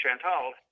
Chantal